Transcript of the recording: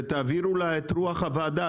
ותעבירו לה את רוח הוועדה.